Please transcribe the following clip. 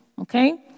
okay